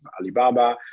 Alibaba